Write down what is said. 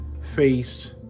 face